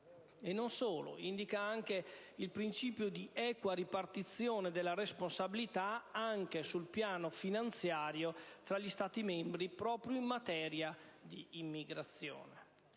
e non solo: indica anche il principio di equa ripartizione della responsabilità anche sul piano finanziario fra gli Stati membri proprio in materia di immigrazione.